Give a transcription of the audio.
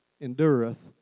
endureth